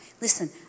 listen